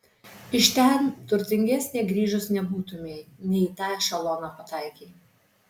iš ten turtingesnė grįžus nebūtumei ne į tą ešeloną pataikei